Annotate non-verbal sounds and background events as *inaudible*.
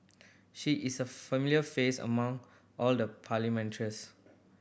she is a familiar face among all the *unintelligible*